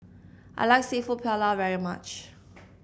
I like seafood Paella very much